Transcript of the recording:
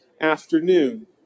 afternoon